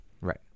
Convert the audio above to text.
Right